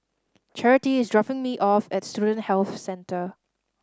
Charity is dropping me off at Student Health Centre